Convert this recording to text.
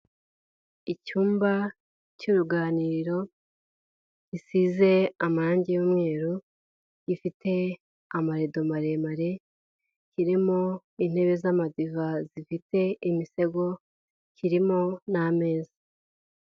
Icyumba cy'uruganiriro gisize amarangi y'umweru, gifite amarido maremare kirimo intebe z'amadiva zifite imisego kirimo n'ameza.